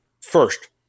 first